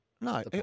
No